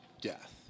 death